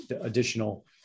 additional